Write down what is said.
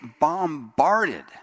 bombarded